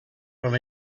from